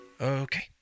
Okay